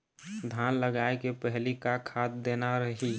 धान लगाय के पहली का खाद देना रही?